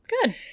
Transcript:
Good